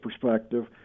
perspective